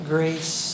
Grace